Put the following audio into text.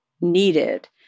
needed